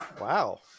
Wow